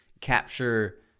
capture